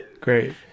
great